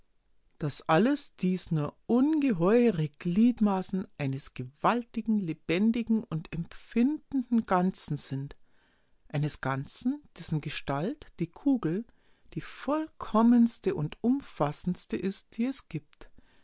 daß alles dies nur ungeheure gliedmaßen eines gewaltigen lebendigen und empfindenden ganzen sind eines ganzen dessen gestalt die kugel die vollkommenste und umfassendste ist die es gibt